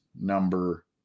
number